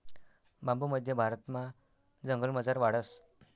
बांबू मध्य भारतमा जंगलमझार वाढस